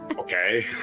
Okay